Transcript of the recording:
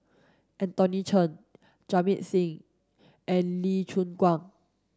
Anthony Chen Jamit Singh and Lee Choon Guan